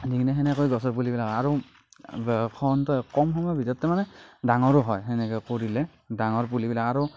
দিকেনে সেনেকৈ গছৰ পুলি বিলাক আৰু কম সময়ৰ ভিতৰতে তাৰ মানে ডাঙৰো হয় সেনেকৈ কৰিলে ডাঙৰ পুলি ওলায় আৰু